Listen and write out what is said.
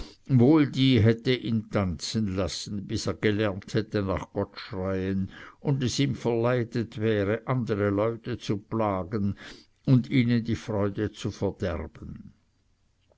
wohl die hätte ihn tanzen lassen bis er gelernt hätte nach gott schreien und es ihm verleidet wäre andere leute zu plagen und ihnen die freude zu verderben